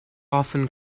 often